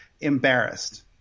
embarrassed